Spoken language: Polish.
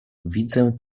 widzę